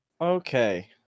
Okay